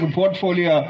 portfolio